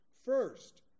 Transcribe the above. First